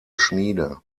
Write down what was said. schmiede